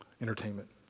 Entertainment